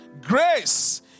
grace